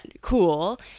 cool